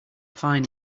fine